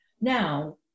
Now